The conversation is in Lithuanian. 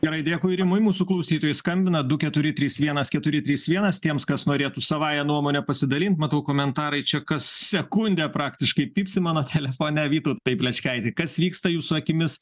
gerai dėkui rimui mūsų klausytojai skambina du keturi trys vienas keturi trys vienas tiems kas norėtų savąja nuomone pasidalint matau komentarai čia kas sekundę praktiškai pypsi mano telefone vytau tai plečkaiti kas vyksta jūsų akimis